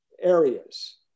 areas